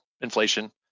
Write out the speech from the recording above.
inflation